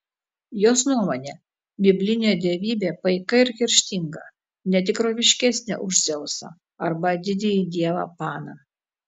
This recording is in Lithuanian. jos nuomone biblinė dievybė paika ir kerštinga ne tikroviškesnė už dzeusą arba didįjį dievą paną